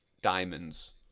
diamonds